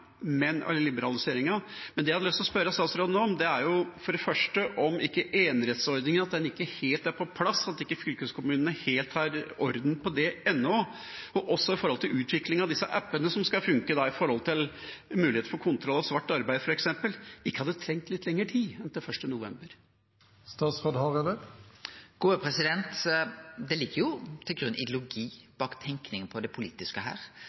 men det jeg har lyst til å spørre statsråden om, er for det første om enerettsordningen, at den ikke er helt på plass, at fylkeskommunene ikke helt har orden på det ennå, og også om utviklingen av disse appene som skal funke, med hensyn til mulighet for kontroll av svart arbeid f.eks. Hadde man ikke trengt litt lengre tid enn til 1. november? Det ligg jo ideologi til grunn bak den politiske tenkinga. Det ligg til grunn